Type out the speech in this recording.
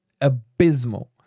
abysmal